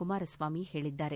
ಕುಮಾರಸ್ವಾಮಿ ಹೇಳಿದ್ದಾರೆ